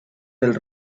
del